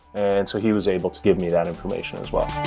and so he was able to give me that information as well